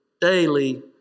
daily